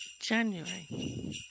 January